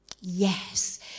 yes